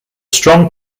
strong